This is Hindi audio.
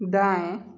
दाएं